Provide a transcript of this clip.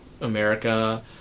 America